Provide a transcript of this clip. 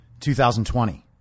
2020